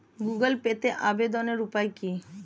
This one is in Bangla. গুগোল পেতে আবেদনের উপায় কি?